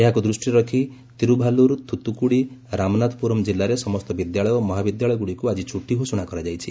ଏହାକୁ ଦୃଷ୍ଟିରେ ରଖି ତିରୁଭାଲୁର୍ ଥୁତୁକୁଡି ରାମନାଥପୁରମ୍ କିଲ୍ଲାରେ ସମସ୍ତ ବିଦ୍ୟାଳୟ ଓ ମହାବିଦ୍ୟାଳୟଗୁଡ଼ିକୁ ଆକି ଛୁଟି ଘୋଷଣା କରାଯାଇଛି